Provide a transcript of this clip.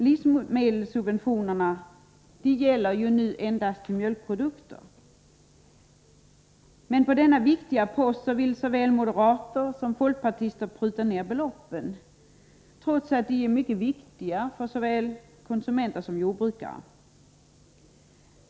Livsmedelssubventionerna gäller ju nu endast för mjölkprodukter, men på denna viktiga post vill såväl moderater som folkpartister pruta ned beloppen, trots att dessa subventioner är mycket viktiga för såväl konsumenter som jordbrukare.